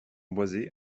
boisée